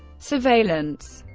surveillance